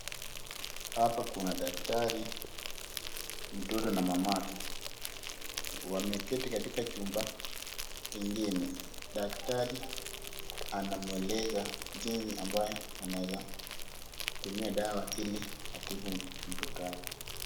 Hapa kuna daktari, mtoto na mamake. Wameketi katika chumba ingine. Daktari anamueleza jinsi ambayo anaeza tumia dawa ili kutibu mtoto wake.